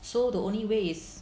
so the only way is